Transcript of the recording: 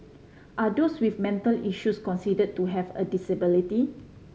are those with mental issues considered to have a disability